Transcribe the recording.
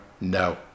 no